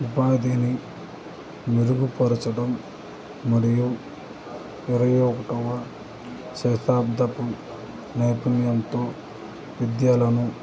ఉపాధిని మెరుగుపరచడం మరియు ఇరవై ఒకటవ శతాబ్దపు నైపుణ్యంతో విద్యలను